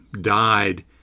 died